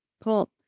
Cool